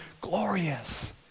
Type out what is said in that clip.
glorious